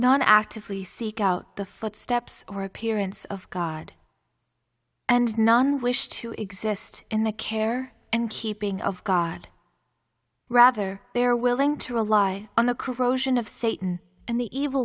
not actively seek out the footsteps or appearance of god and none wish to exist in the care and keeping of god rather there willing to ally on the corrosion of satan and the evil